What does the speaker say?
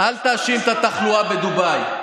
אל תאשים את התחלואה בדובאי.